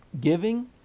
Giving